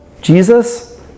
Jesus